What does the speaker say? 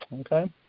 okay